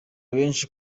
benshi